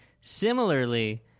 Similarly